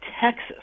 Texas